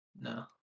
No